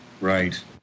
right